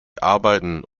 arbeiten